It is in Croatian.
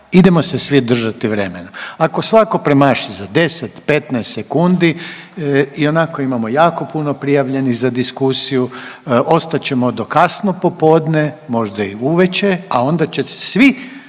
idemo se svi držati vremena. Ako svako premaši za 10-15 sekundi, ionako imamo jako puno prijavljenih za diskusiju, ostat ćemo do kasno popodne, možda i uveče, a onda će svi